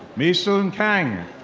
misun kang.